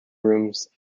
rooms